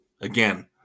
Again